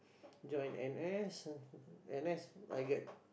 join n_s n_s I get